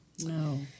no